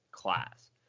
class